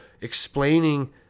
explaining